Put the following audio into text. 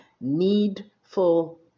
Needful